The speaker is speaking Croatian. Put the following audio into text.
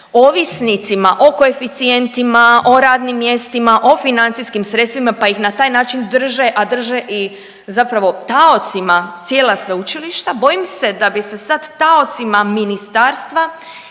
ovisnicima o koeficijentima, o radnim mjestima, o financijskim sredstvima, pa ih na taj način drže, a drže i zapravo taocima cijela sveučilišta, bojim se da bi se sad taocima Ministarstva